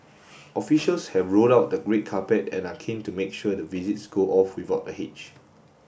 officials have rolled out the great carpet and are keen to make sure the visits go off without a hitch